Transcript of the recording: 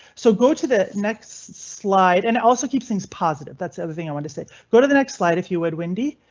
so go to the next slide and it also keeps things positive. that's ah another thing i want to say. go to the next slide. if you add windy,